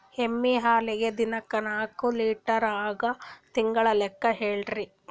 ಎಮ್ಮಿ ಹಾಲಿಗಿ ದಿನಕ್ಕ ನಾಕ ಲೀಟರ್ ಹಂಗ ತಿಂಗಳ ಲೆಕ್ಕ ಹೇಳ್ರಿ?